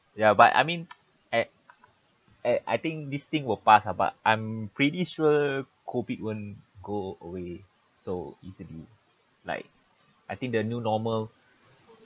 ya but I mean at at I think this thing will pass ah but I'm pretty sure COVID won't go away so easily like I think the new normal